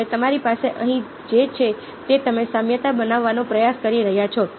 હવે તમારી પાસે અહીં જે છે તે તમે સામ્યતા બનાવવાનો પ્રયાસ કરી રહ્યા છો